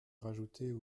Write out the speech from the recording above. rajouter